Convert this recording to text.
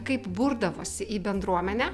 kaip burdavosi į bendruomenę